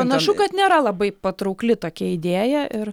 panašu kad nėra labai patraukli tokia idėja ir